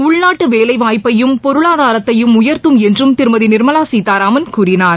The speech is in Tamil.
உள்நாட்டு வேலைவாய்ப்பையும் பொருளாதாரத்தையும் உயர்த்தும் என்றும் திருமதி நிர்மலா சீதாராமன் கூறினார்